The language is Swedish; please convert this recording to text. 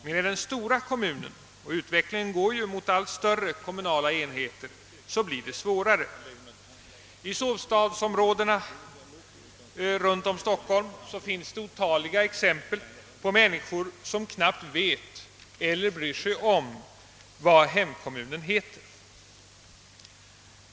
Men i den stora kommunen — och utvecklingen går ju mot allt större kommunala enheter — blir det svårare. I sovstadsområdena runt om Stockholm finns det otaliga exempel på människor som knappt vet eller bryr sig om vad hemkommunen heter.